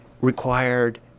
required